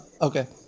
Okay